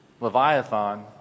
Leviathan